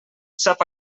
sap